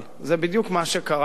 זה בדיוק מה שקרה כאן.